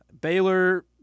Baylor